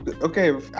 Okay